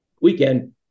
weekend